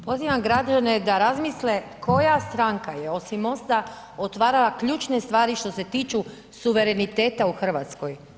Pozivam građane da razmisle koja stranka je osim Mosta otvarala ključne stvari što se tiču suvereniteta u Hrvatskoj.